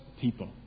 people